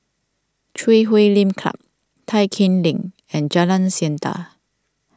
Chui Huay Lim Club Tai Keng Lane and Jalan Siantan